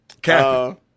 Cap